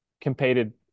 competed